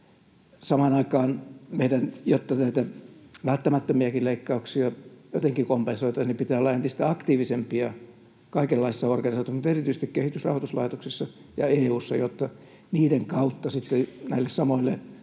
Samaan aikaan, jotta näitä välttämättömiäkin leikkauksia jotenkin kompensoitaisiin, meidän pitää olla entistä aktiivisempia kaikenlaisissa organisaatioissa, mutta erityisesti kehitysrahoituslaitoksessa ja EU:ssa, jotta niiden kautta sitten näille samoille